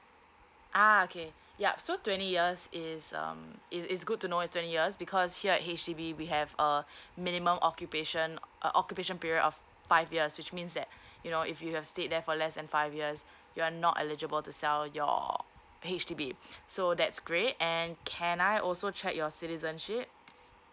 ah okay yup so twenty years is um it's it's good to know it's twenty years because here at H_D_B we have a minimum occupation uh occupation period of five years which means that you know if you have stayed there for less than five years you're not eligible to sell your H_D_B so that's great and can I also check your citizenship